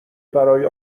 برای